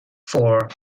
four